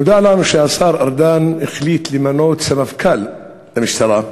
נודע לנו שהשר ארדן החליט למנות סמפכ"ל למשטרה,